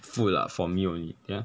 food lah for me only ya